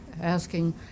asking